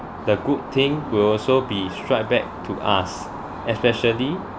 the good thing will also be striped back to us especially